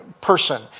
person